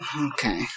Okay